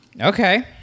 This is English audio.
Okay